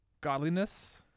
godliness